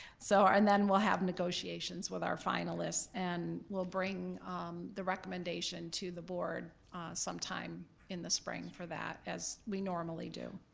so and then we'll have negotiations with our finalists and we'll bring the recommendation to the board sometime in the spring for that as we normally do.